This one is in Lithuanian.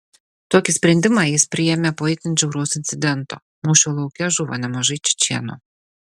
tokį sprendimą jis priėmė po itin žiauraus incidento mūšio lauke žuvo nemažai čečėnų